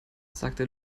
sagte